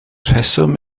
rheswm